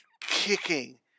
kicking